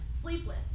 Sleepless